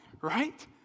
right